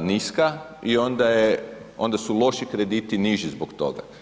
niska, i onda je, onda su loši krediti niži zbog toga.